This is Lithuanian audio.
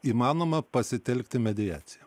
įmanoma pasitelkti mediaciją